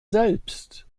selbst